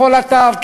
בכל אתר,